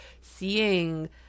seeing